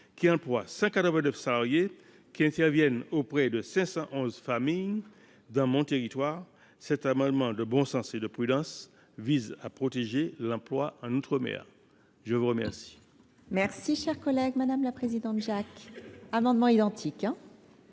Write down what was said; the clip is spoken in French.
qui emploient 189 salariés intervenant auprès de 511 familles sur mon territoire. Cet amendement de bon sens et de prudence vise à protéger l’emploi en outre mer. La parole